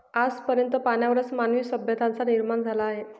आज पर्यंत पाण्यावरच मानवी सभ्यतांचा निर्माण झाला आहे